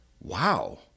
wow